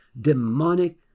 demonic